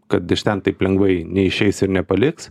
kad iš ten taip lengvai neišeis ir nepaliks